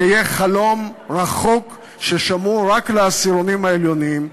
זה יהיה חלום רחוק ששמור רק לעשירונים העליונים.